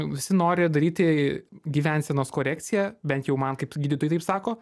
visi nori daryti gyvensenos korekciją bent jau man kaip gydytojui taip sako